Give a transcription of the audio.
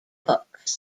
books